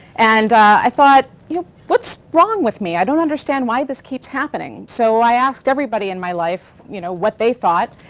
and i thought, what's wrong with me? i don't understand why this keeps happening. so i asked everybody in my life you know what they thought.